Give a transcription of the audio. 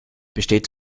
besteht